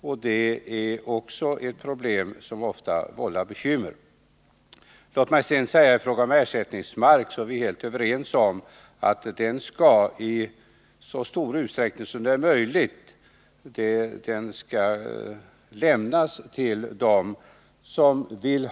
Låt mig sedan säga att vi i fråga om ersättningsmark är helt överens om att sådan i så stor utsträckning som möjligt skall lämnas till dem som så vill.